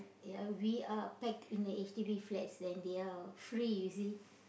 ya we are packed in a H_D_B flats and they are free you see